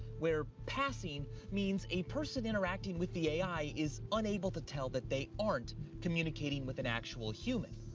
where passing means a person interacting with the a i. is unable to tell that they aren't communicating with an actual human.